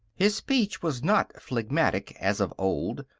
his speech was not phlegmatic, as of old.